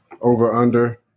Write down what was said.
over-under